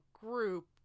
group